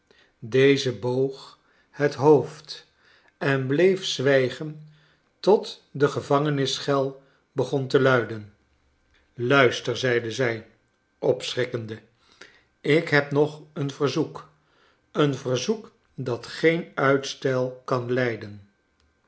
deze boog het hoofd en bleef zwijgen tot de gevangenisschel begon te luiden luister zeide zij opschrikkende ik heb nog een verzoek een verzoek dat geen uitstel kan lijden